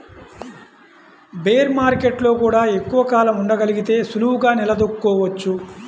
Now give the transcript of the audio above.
bear మార్కెట్టులో గూడా ఎక్కువ కాలం ఉండగలిగితే సులువుగా నిలదొక్కుకోవచ్చు